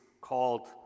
called